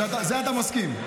לזה אתה מסכים?